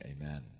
amen